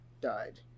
died